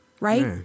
Right